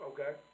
Okay